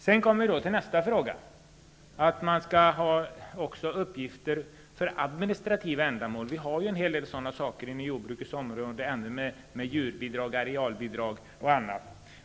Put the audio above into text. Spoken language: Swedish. Sedan kommer vi till nästa fråga, nämligen att uppgifter skall samlas in även för administrativa ändamål. Detta förekommer ju ännu på jordbrukets område när det gäller djurbidrag, arealbidrag och annat.